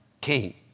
king